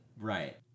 Right